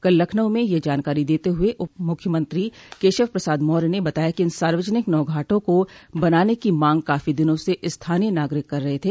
कल लखनऊ में यह जानकारी देते हुए उप मुख्यमंत्री केशव प्रसाद मौर्य ने बताया कि इन सार्वजनिक नौघाटों को बनाने की मांग काफी दिनों से स्थानीय नागरिक कर रहे थे